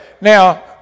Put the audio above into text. Now